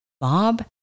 Bob